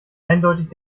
eindeutig